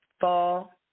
fall